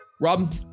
Rob